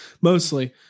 mostly